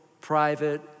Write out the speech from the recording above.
private